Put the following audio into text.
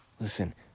Listen